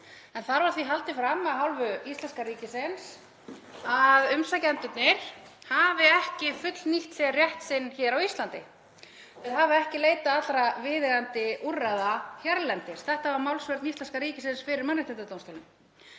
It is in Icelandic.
en þar var því haldið fram af hálfu íslenska ríkisins að umsækjendurnir hefðu ekki fullnýtt sér rétt sinn hér á Íslandi, hefðu ekki leitað allra viðeigandi úrræða hérlendis. Þetta var málsvörn íslenska ríkisins fyrir Mannréttindadómstólnum.